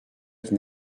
qui